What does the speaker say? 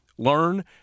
learn